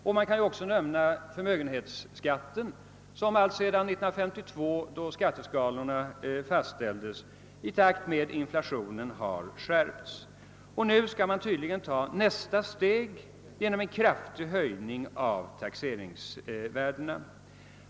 Jag kan också nämna förmögenhetsskatten, som alltsedan 1952, då skatteskalorna fastställdes, har skärpts i takt med inflationen. Nu skall man tydligen ta nästa steg genom en kraftig höjning av taxeringsvärdena.